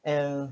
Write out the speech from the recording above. and